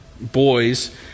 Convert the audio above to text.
boys